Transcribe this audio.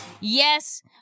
Yes